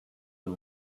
and